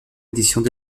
éditions